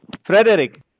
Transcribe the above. Frederick